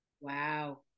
Wow